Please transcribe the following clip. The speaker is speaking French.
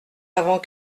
avant